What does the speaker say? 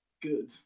good